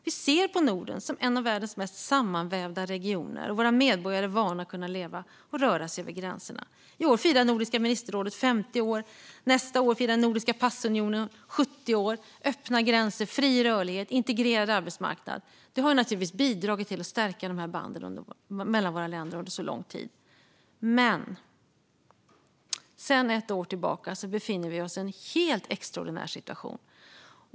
Vi ser på Norden som en av världens mest sammanvävda regioner, och våra medborgare är vana vid att kunna leva och röra sig över gränserna. I år firar Nordiska ministerrådet 50 år. Nästa år firar den nordiska passunionen 70 år. Vi har haft öppna gränser, fri rörlighet och en integrerad arbetsmarknad. Det har naturligtvis bidragit till att stärka banden mellan våra länder under så lång tid. Men sedan ett år tillbaka befinner vi oss i en helt extraordinär situation.